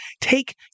take